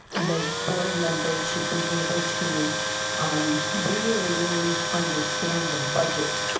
the board member should be able to um really really understand the budget,